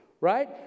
right